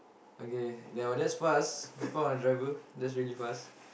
okay there was that's fast we found a driver that's really fast